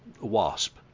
Wasp